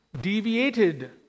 deviated